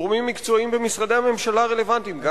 גורמים מקצועיים במשרדי הממשלה הרלוונטיים.